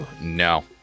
No